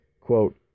Quote